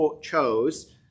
chose